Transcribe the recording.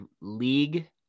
league